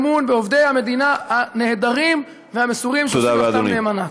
אמון בעובדי המדינה הנהדרים והמסורים שעושים עבודתם נאמנה.